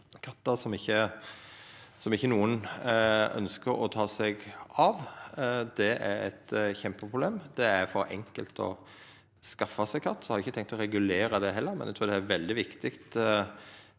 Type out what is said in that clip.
kattar som ingen ønskjer å ta seg av. Det er eit kjempeproblem. Det er for enkelt å skaffa seg katt. Eg har ikkje tenkt å regulera det heller, men eg trur det er veldig viktig